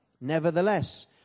Nevertheless